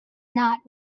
not